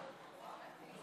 כי